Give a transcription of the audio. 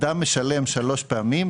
היום אדם משלם שלוש פעמים,